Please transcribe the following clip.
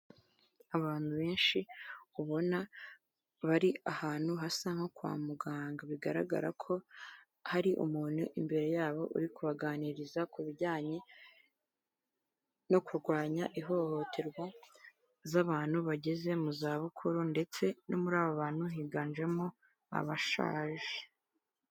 Abantu benshi ubona bari ahantu hasa nko kwa muganga, bigaragara ko hari umuntu imbere yabo uri kubaganiriza ku bijyanye no kurwanya ihohoterwa z'abantu bageze mu zabukuru ndetse no muri aba bantu higanjemo abashaje.